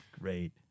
great